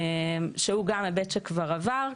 שהוא גם היבט שכבר עבר.